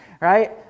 right